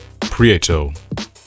Prieto